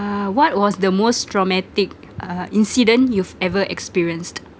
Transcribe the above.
what was the most traumatic uh incident you've ever experienced